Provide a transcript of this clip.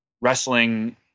wrestling